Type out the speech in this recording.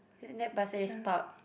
isn't that Pasir Ris Park